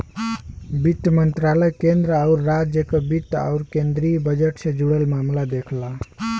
वित्त मंत्रालय केंद्र आउर राज्य क वित्त आउर केंद्रीय बजट से जुड़ल मामला देखला